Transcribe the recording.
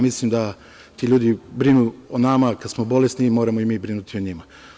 Mislim da ti ljudi brinu o nama kada smo bolesni i moramo i mi brinuti o njima.